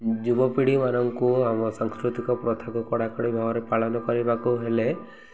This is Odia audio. ଯୁବପିଢ଼ିମାନଙ୍କୁ ଆମ ସାଂସ୍କୃତିକ ପ୍ରଥାକୁ କଡ଼ାକଡ଼ି ଭାବରେ ପାଳନ କରିବାକୁ ହେଲେ